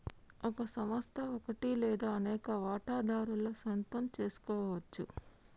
ఓ సంస్థ ఒకటి లేదా అనేక వాటాదారుల సొంతం సెసుకోవచ్చు